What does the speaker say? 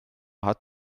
hat